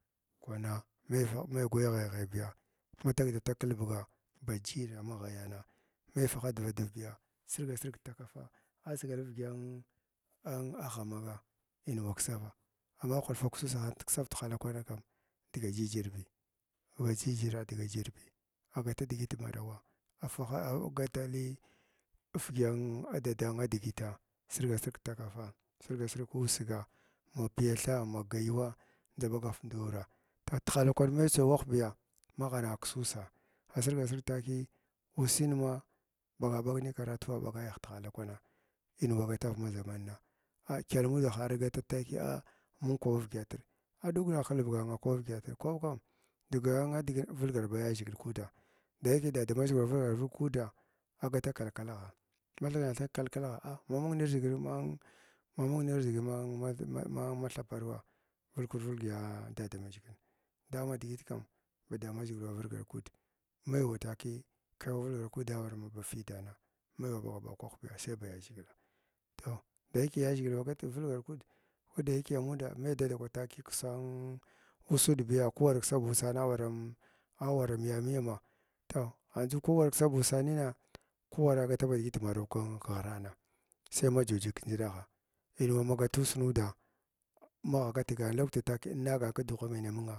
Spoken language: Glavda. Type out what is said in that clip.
Kwana mar mai gwaya ghai shaibiya ma tagaha tag kilbuga ba jiira ma ghayana mai fuha dva dvbiya sirga sirg kitakafu asigal avədyən an avədyə ghamag in ura ksava amma hulfu ksusahan tsav tihala kwanin kam dga jijir bi maba jijira dga jirbiy agata digit marawa agaha agatu li əvədya dada digita sirga sirg ta kafaa sirga sirg kussiga ma piyathaa ma gayuwan ndʒa ɓagav wuraa batihala kwan mai tso wahbiya maghna ksu ussa asirga sirg takiya ussina ma ɓaga ɓagnin karatuwa ɓagayha tihala kwana in wa gatar ma ʒamanin a kyəlmudagha arga argata takiya mung kwaɓa avdyətr aɗugna klbuga kwaɓ na əvdyətr kwaɓ kam digi digin vulgar baya ʒhigla kuuda ɗayake damaʒhgita valgav vulg kuuda agata kalkalagha mathikna thig kallakagha a ma mung dʒigila mang man mung ʒhgik man man han tha tharwa vulkan vulg ya dadamaʒhgil dama digil kan ba damanʒhgil wa vulgar kuud mai wa tukiyi kai wa vulgar kuud arawa ma ba fidana mai wa thv thig ɓakwahi sai ba yaʒhigil toh dayake yaʒhgil wa gatg vulgar kuud, lodeyake anuda mai dada kwatzkiya kisan an usudbiya kuwar kisa ba uussana awara anud anyamiyama a toh andʒu ko war ksa ba ussaina ko war gata ba digit marawa aghkghrana ʒai ma jujig kndʒidlagha in wa ma gatuss nuda magh gatagana kkwti takiya innagana kudugh menye anumga.